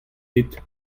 ket